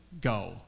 go